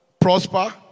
Prosper